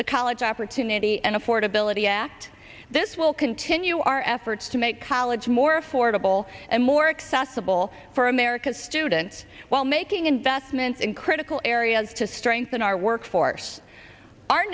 the college opportunity and affordability act this will continue our efforts to make college more affordable and more accessible for america's students while making investments in critical areas to strengthen our workforce our